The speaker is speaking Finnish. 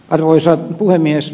arvoisa puhemies